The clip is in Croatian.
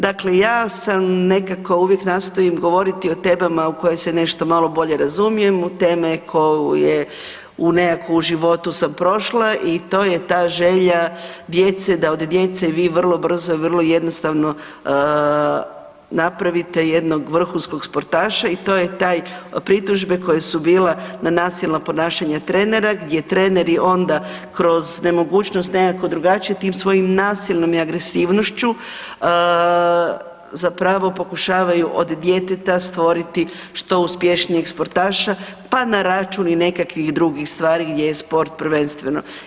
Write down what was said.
Dakle, ja sam nekako uvijek nastojim govoriti o temama u koje se nešto malo bolje razumijem, u teme koje nekako u životu sam prošla i to je ta želja djece da od djece vi vrlo brzo i vrlo jednostavno napravite jednog vrhunskog sportaša i to je taj pritužbe koje su bile na nasilno ponašanje trenera gdje treneri onda kroz nemogućnosti nekako drugačije tim svojim nasilnim i agresivnošću zapravo pokušavaju od djeteta stvoriti što uspješnijeg sportaša pa na račun i nekakvih drugih stvari gdje je sport prvenstveno.